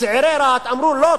צעירי רהט אמרו: לא,